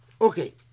Okay